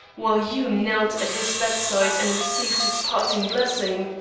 while you knelt at his bedside and received his parting blessing?